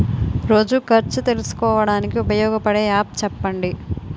రోజు ఖర్చు తెలుసుకోవడానికి ఉపయోగపడే యాప్ చెప్పండీ?